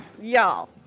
Y'all